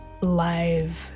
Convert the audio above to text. live